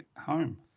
home